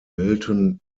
milton